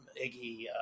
Iggy